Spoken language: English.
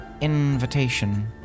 invitation